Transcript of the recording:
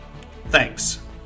Thanks